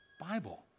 Bible